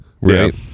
right